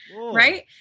right